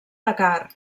dakar